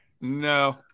No